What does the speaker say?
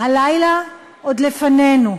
הלילה עוד לפנינו,